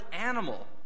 animal